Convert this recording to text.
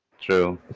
True